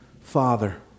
Father